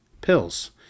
pills